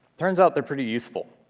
turns out they're pretty useful.